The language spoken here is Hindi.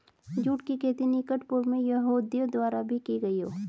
जुट की खेती निकट पूर्व में यहूदियों द्वारा भी की गई हो